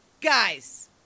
Guys